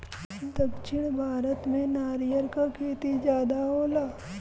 दक्षिण भारत में नरियर क खेती जादा होला